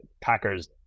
packers